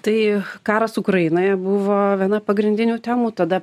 tai karas ukrainoje buvo viena pagrindinių temų tada